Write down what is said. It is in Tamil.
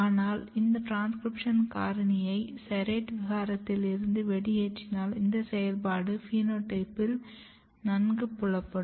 ஆனால் இந்த ட்ரான்ஸகிரிப்ஷன் காரணியை SERRATE விகாரத்தில் இருந்து வெளியேற்றினால் இதன் செயல்பாடு பினோடைப்பில் நங்குப்புலப்படும்